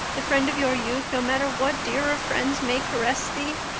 the friend of your youth, no matter what dearer friends may caress thee?